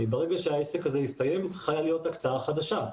ברגע שהעסק הזה הסתיים, צריכה להיות הקצאה חדשה.